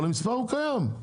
אבל המספר הוא קיים.